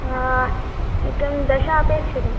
हा एकं दश अपेक्षितं